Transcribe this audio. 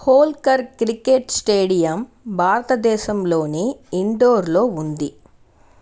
Holkar cricket stadium భారతదేశంలోని ఇండోర్లో ఉంది